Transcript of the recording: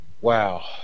Wow